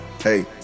hey